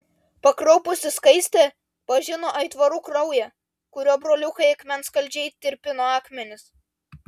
pakraupusi skaistė pažino aitvarų kraują kuriuo broliukai akmenskaldžiai tirpino akmenis